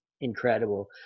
incredible